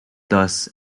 does